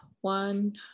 one